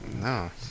No